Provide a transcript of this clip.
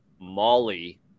Molly